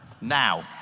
now